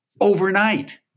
overnight